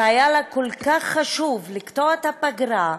שהיה לה כל כך חשוב לקטוע את הפגרה,